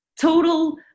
total